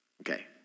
Okay